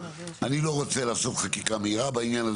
אני לא רוצה לעשות חקיקה מהירה בעניין הזה,